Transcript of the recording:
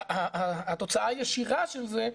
והתוצאה הישירה של זה,